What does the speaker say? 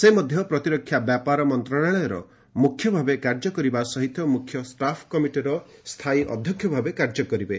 ସେ ମଧ୍ୟ ପ୍ରତିରକ୍ଷା ବ୍ୟାପାର ମନ୍ତ୍ରଶାଳୟର ମୁଖ୍ୟ ଭାବେ କାର୍ଯ୍ୟ କରିବା ସହିତ ମୁଖ୍ୟ ଷ୍ଟାଫ୍ କମିଟିର ସ୍ଥାୟୀ ଅଧ୍ୟକ୍ଷ ଭାବେ କାର୍ଯ୍ୟ କରିବେ